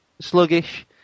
sluggish